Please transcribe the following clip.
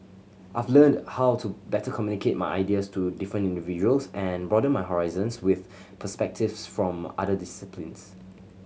I've learnt how to better communicate my ideas to different individuals and broaden my horizons with perspectives from other disciplines